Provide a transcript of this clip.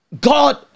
God